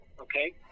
Okay